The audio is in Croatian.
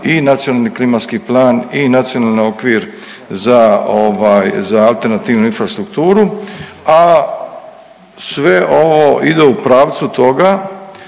i Nacionalni klimatski plan i Nacionalni okvir za ovaj za alternativnu infrastrukturu. A sve ovo ide u pravcu toga